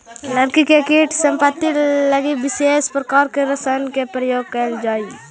लकड़ी के कीट के समाप्ति लगी विशेष प्रकार के रसायन के प्रयोग कैल जा हइ